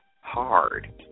hard